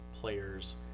players